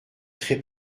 très